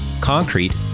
concrete